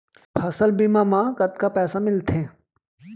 फसल बीमा म कतका पइसा मिलथे?